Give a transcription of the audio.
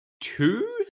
two